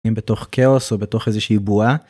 אם בתוך כאוס או בתוך איזושהי בועה.